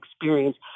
experience